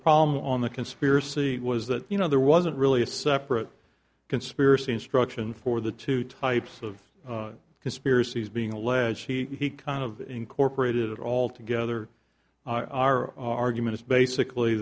problem on the conspiracy was that you know there wasn't really a separate conspiracy instructions for the two types of conspiracies being alleged he kind of incorporated it all together our argument is basically